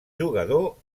jugador